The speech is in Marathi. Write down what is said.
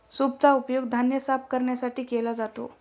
सूपचा उपयोग धान्य साफ करण्यासाठी केला जातो